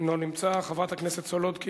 אינו נמצא, חברת הכנסת סולודקין,